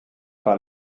par